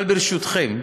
אבל, ברשותכם,